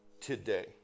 today